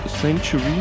Century